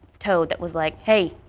so that was like hey.